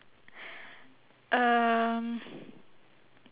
um